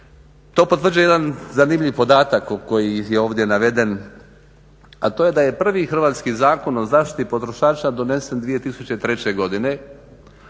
To potvrđuje jedan zanimljiv podatak koji je ovdje naveden, a to je da je prvi hrvatski Zakon o zaštiti potrošača donesen 2003. godine,